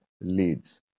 leads